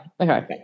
okay